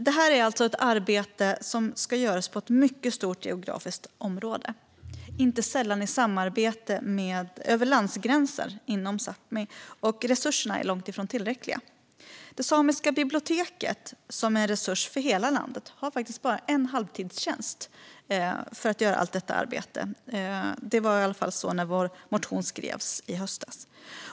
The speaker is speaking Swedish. Det här är alltså ett arbete som ska göras i ett mycket stort geografiskt område, inte sällan med samarbeten över landsgränserna inom Sápmi, och resurserna är långt ifrån tillräckliga. Det samiska biblioteket, som är en resurs för hela landet, har bara en halvtidstjänst för att göra allt detta arbete. Så var det i alla fall när vår motion skrevs i höstas.